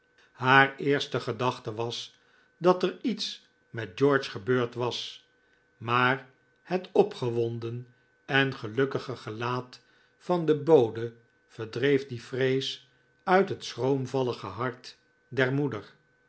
haar eerste gedachte was dat er iets met george gebeurd was maar het opgewonden en gelukkige gelaat van de bode verdreef die vrees uit het schroomvallige hart der moeder